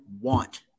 want